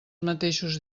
mateixos